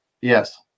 Yes